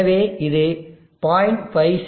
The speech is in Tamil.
எனவே இது 0